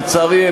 לצערי,